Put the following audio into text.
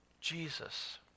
Jesus